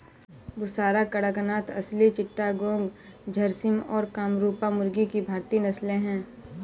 बुसरा, कड़कनाथ, असील चिट्टागोंग, झर्सिम और कामरूपा मुर्गी की भारतीय नस्लें हैं